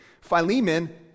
Philemon